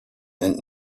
and